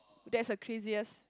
that's the craziest